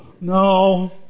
No